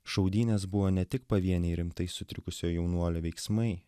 šaudynės buvo ne tik pavieniai rimtai sutrikusio jaunuolio veiksmai